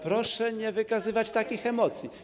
Proszę nie wykazywać takich emocji.